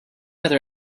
other